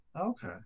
Okay